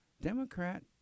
Democrat